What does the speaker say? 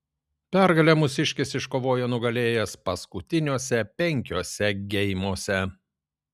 pergalę mūsiškis iškovojo nugalėjęs paskutiniuose penkiuose geimuose